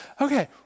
okay